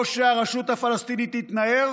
או שהרשות הפלסטינית תתנער